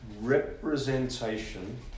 representation